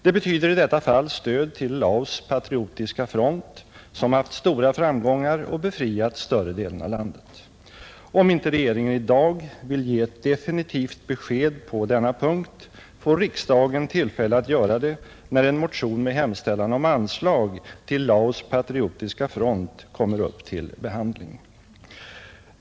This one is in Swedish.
Det betyder i detta fall stöd till Laos” patriotiska front, som haft stora framgångar och befriat större delen av landet. Om inte regeringen i dag vill ge ett definitivt besked på denna punkt, får riksdagen tillfälle att göra det när en motion med hemställan om anslag till Laos” patriotiska front kommer upp till behandling.